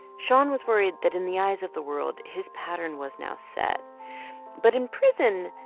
shon was worried that in the eyes of the world, his pattern was now set but in prison,